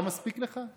לא מספיק לך?